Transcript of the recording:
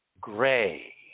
gray